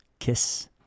kiss